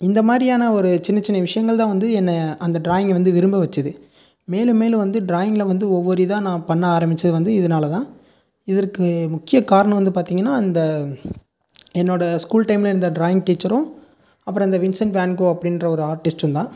இந்தமாதிரியான ஒரு சின்ன சின்ன விஷயங்கள் தான் வந்து என்னை அந்த டிராயிங்கை வந்து விரும்ப வச்சுது மேலும் மேலும் வந்து டிராயிங்கில் வந்து ஒவ்வொரு இதாக நான் பண்ண ஆரம்பித்தது வந்து இதனால் தான் இதற்கு முக்கியக் காரணம் வந்து பார்த்திங்கன்னா அந்த என்னோடய ஸ்கூல் டைமில் இருந்த டிராயிங் டீச்சரும் அப்புறம் இந்த வின்சென்ட் வான் கோ அப்படின்ற ஒரு ஆர்டிஸ்ட்டும் தான்